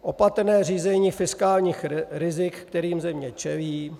Opatrné řízení fiskálních rizik, kterým země čelí.